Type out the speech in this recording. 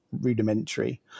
rudimentary